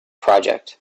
project